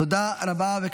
תודה רבה.